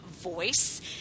voice